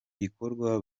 gikorwa